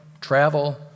travel